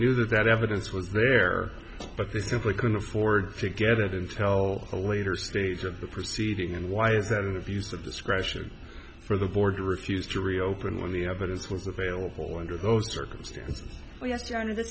knew that that evidence was there but they simply couldn't afford to get it and tell the later stage of the proceeding and why is that an abuse of discretion for the board to refuse to reopen when the evidence was available under th